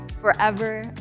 forever